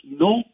no